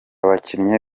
bakinnyi